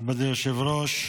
אדוני היושב-ראש,